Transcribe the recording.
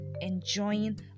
enjoying